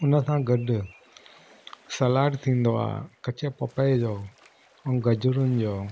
उन सां गॾु सलाड थींदो आहे कचे पपइये जो ऐं गजरुनि जो